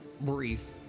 brief